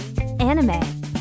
Anime